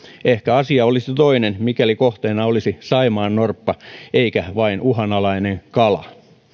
ehkä asia olisi toinen mikäli kohteena olisi saimaannorppa eikä vain uhanalainen kala